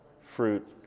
fruit